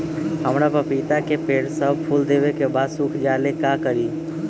हमरा पतिता के पेड़ सब फुल देबे के बाद सुख जाले का करी?